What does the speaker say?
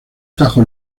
tajo